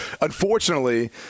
unfortunately